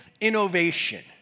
innovation